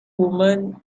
woman